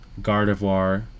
Gardevoir